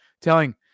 telling